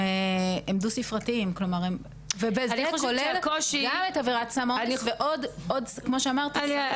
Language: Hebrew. הם דו-ספרתיים וזה כולל גם את עבירת סם האונס ועוד --- כמו שאמרת,